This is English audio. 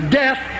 death